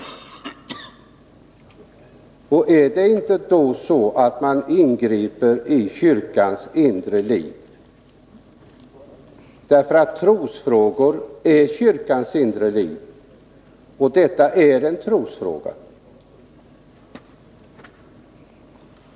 Är det inte då så att man ingriper i kyrkans inre liv, därför att trosfrågor hör till kyrkans inre liv, och detta är en trosfråga!